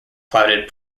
clouded